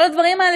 כל הדברים האלה,